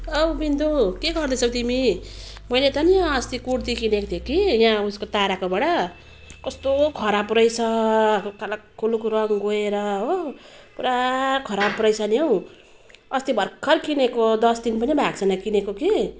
औ बिन्दु के गर्दैछौ तिमी मैले त नि अस्ति कुर्ती किनेको थिएँ कि यहाँ उसको ताराकोबाट कस्तो खराब रहेछ खलाकखुलुक रङ गएर हो पुरा खराब रहेछ नि हो अस्ति भर्खर किनेको दस दिन पनि भएको छैन किनेको कि